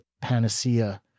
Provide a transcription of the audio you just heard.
panacea